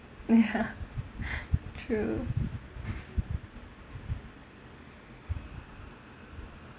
ya true